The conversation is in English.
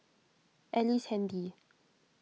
Ellice Handy